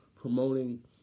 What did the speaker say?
promoting